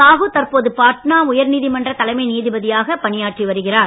சாஹீ தற்போது பட்னா உயர்நீதிமன்ற தலைமை நீதிபதியாக பணியாற்றி வருகிறார்